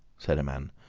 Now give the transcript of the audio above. said a man.